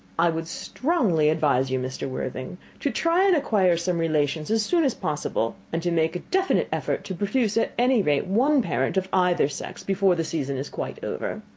i would strongly advise you, mr. worthing, to try and acquire some relations as soon as possible, and to make a definite effort to produce at any rate one parent, of either sex, before the season is quite over.